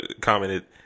commented